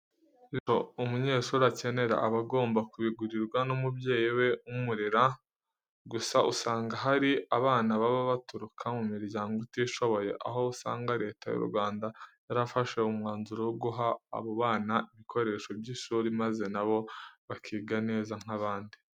Ibikoresho umunyeshuri akenera aba agomba kubigurirwa n'umubyeyi we umurera. Gusa usanga hari abana baba baturuka mu miryango itishoboye, aho usanga Leta y'u Rwanda yarafashe umwanzuro wo guha abo bana ibikoresho by'ishuri maze na bo bakiga neza nk'abandi.